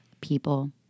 people